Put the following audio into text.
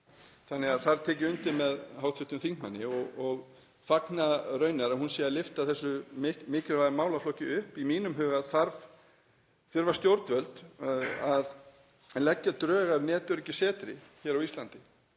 þannig að þar tek ég undir með hv. þingmanni og fagna raunar að hún sé að lyfta þessum mikilvæga málaflokki upp. Í mínum huga þurfa stjórnvöld að leggja drög að netöryggissetri hér á Íslandi